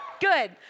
Good